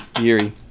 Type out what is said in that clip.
Yuri